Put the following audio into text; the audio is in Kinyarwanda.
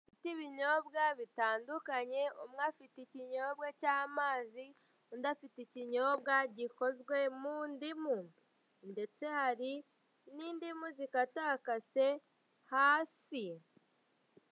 Byibinyobwa bitandukanye umwe afite ikinyobwa cy'amazi undi afite ikinyobwa gikozwe mundimu ndetse hari n'indimu zikatakase hasi.